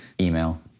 email